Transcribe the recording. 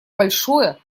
большое